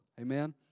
amen